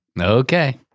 Okay